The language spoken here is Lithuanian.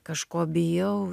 kažko bijau